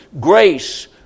grace